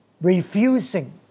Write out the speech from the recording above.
refusing